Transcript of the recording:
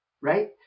right